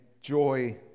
joy